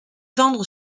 vendre